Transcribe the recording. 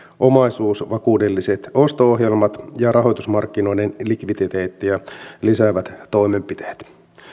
omaisuusvakuudelliset osto ohjelmat ja rahoitusmarkkinoiden likviditeettiä lisäävät toimenpiteet